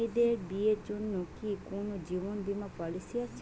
মেয়েদের বিয়ের জন্য কি কোন জীবন বিমা পলিছি আছে?